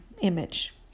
image